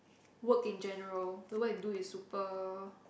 work in general the work you do is super